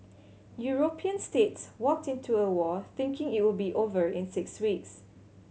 European states walked into a war thinking it will be over in six weeks